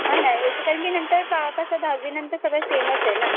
आहे नाही एसं कारण की नंतर का कसं दहावीनंतर सगळं सेमच आहे ना